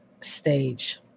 stage